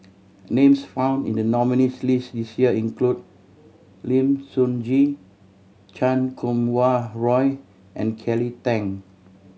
names found in the nominees' list this year include Lim Sun Gee Chan Kum Wah Roy and Kelly Tang